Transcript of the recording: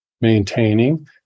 maintaining